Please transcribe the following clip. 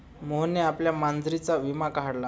मोहनने आपल्या मांजरीचा विमा काढला